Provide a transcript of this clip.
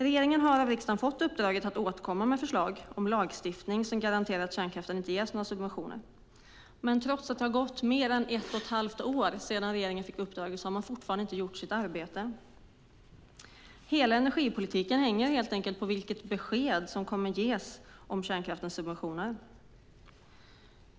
Regeringen har av riksdagen fått i uppdrag att återkomma med förslag om en lagstiftning som garanterar att kärnkraften inte ges några subventioner. Trots att det gått mer än ett och ett halvt år sedan regeringen fick uppdraget har man ännu inte gjort sitt arbete. Hela energipolitiken hänger helt enkelt på vilket besked som kommer att ges om kärnkraftens subventioner.